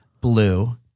blue